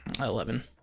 Eleven